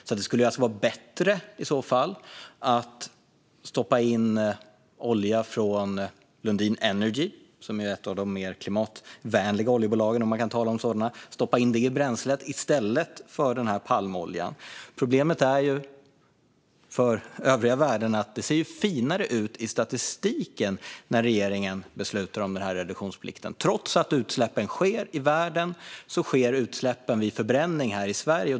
Det skulle alltså vara bättre att stoppa in olja från Lundin Energy - ett av de mer klimatvänliga oljebolagen, om man kan tala om sådana - i bränslet i stället för palmoljan. Problemet för övriga världen är att det ser finare ut i statistiken när regeringen beslutar om reduktionsplikten. Trots att utsläppen sker i världen, sker utsläppen vid förbränning i Sverige.